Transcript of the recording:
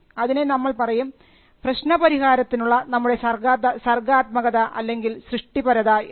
അതിനെ നമ്മൾ പറയും പ്രശ്നപരിഹാരത്തിനുള്ള നമ്മുടെ സർഗാത്മകത അല്ലെങ്കിൽ സൃഷ്ടിപരത എന്ന്